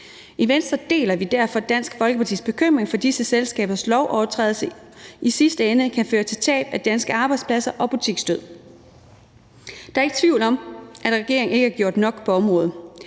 I Venstre deler vi derfor Dansk Folkepartis bekymring for, at disse selskabers lovovertrædelser i sidste ende kan føre til tab af danske arbejdspladser og butiksdød. Der er ikke tvivl om, at regeringen ikke har gjort nok på området.